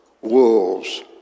wolves